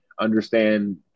Understand